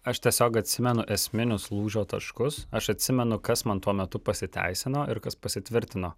aš tiesiog atsimenu esminius lūžio taškus aš atsimenu kas man tuo metu pasiteisino ir kas pasitvirtino